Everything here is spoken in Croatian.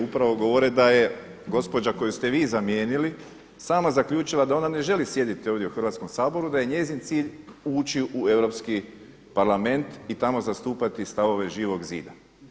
Upravo govore da je gospođa koju ste vi zamijenili sama zaključila da ona ne želi sjediti u Hrvatskom saboru, da je njezin cilj ući u Europski Parlament i tamo zastupati stavove Živog zida.